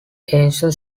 ancient